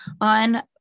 on